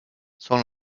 sont